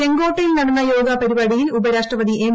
ചെങ്കോട്ടയിൽ നടന്ന യോഗ പരിപാടിയിൽ ഉപരാഷ്ട്രപതി എം